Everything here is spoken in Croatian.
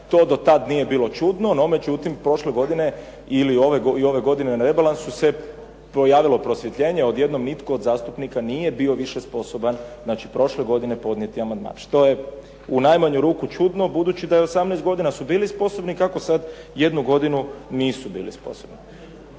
to do tad nije bilo čudno, no međutim prošle godine ili, i ove godine se na rebalansu se pojavilo prosvjetljenje, odjednom nitko od zastupnika nije bio više sposoban znači prošle godine podnijeti amandman. Što je u najmanju ruku čudno, budući da je 18 godina su bili sposobni, kako sad jednu godinu nisu bili sposobni.